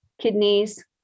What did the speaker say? Kidneys